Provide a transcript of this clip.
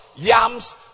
Yams